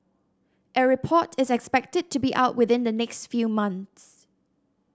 a report is expected to be out within the next few months